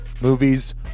movies